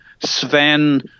sven